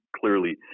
clearly